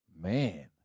Man